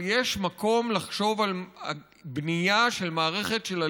אבל צריך להבין שצריך לעשות את הכול כדי לקדם מהלכים חלופיים,